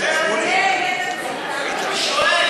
ותכל'ס?